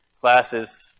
classes